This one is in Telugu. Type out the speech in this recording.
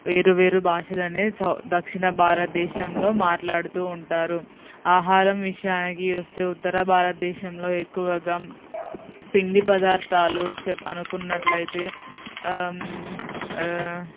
వేరు వేరు భాషలనే దక్షిణ భారత దేశంలో మాట్లాడుతూ ఉంటారు ఆహారం విషయానికి వస్తే ఉత్తర భారత దేశంలో ఎక్కువగా పిండి పదార్థాలు చెప్ అనుకున్నట్లయితే